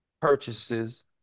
purchases